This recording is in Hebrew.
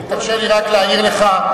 תרשה לי רק להעיר לך.